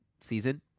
season